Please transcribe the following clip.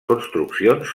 construccions